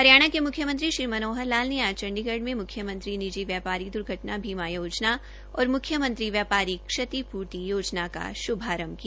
हरियाणा के मुख्यमंत्री श्री मनोहर लाल ने आज चंडीगढ़ में मुख्यमंत्री निजी व्यापारी द्र्घटना बीमा योजना और मुख्यमंत्री व्यापारी क्षतिपूर्ति योजना का शुभारंभ किया